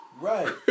Right